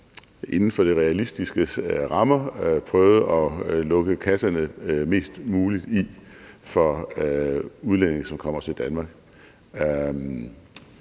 inden for det realistiskes rammer prøvede at lukke kasserne mest muligt i for udlændinge, som kommer til Danmark.